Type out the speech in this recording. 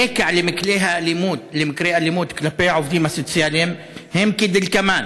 הרקע למקרי אלימות כלפי העובדים הסוציאליים הם כדלקמן: